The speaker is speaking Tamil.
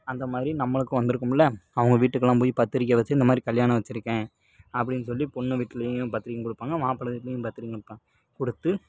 அந்த மாதிரி நம்மளுக்கு வந்திருக்கும்ல அவங்க வீட்டுக்கெல்லாம் போய் பத்திரிக்கை வச்சு இந்த மாதிரி கல்யாணம் வச்சுருக்கேன் அப்படின்னு சொல்லி பொண்ணு வீட்லேயும் பத்திரிக்கை கொடுப்பாங்க மாப்பிளை வீட்லேயும் பத்திரிக்கை கொடுப்பாங்க கொடுத்து